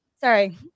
sorry